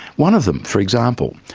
one of them, for example,